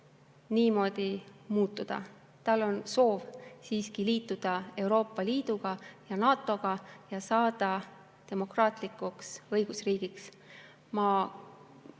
niimoodi muutuda. Tal on soov siiski liituda Euroopa Liidu ja NATO‑ga ning saada demokraatlikuks õigusriigiks. Ma